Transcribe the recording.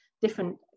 different